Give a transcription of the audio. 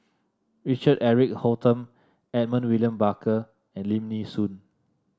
Richard Eric Holttum Edmund William Barker and Lim Nee Soon